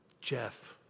Jeff